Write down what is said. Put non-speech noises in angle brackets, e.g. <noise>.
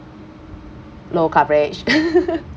low coverage <laughs>